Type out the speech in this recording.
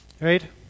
Right